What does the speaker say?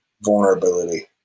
vulnerability